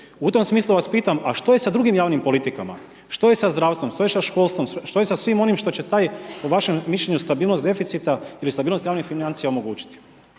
U tom smislu vas pitam, a što je drugim javnim politikama, što je sa zdravstvom, što je sa školstvom što je sa svim onim što će taj po vašem mišljenju stabilnost deficita ili stabilnost javnih financija omogućiti?